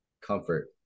Comfort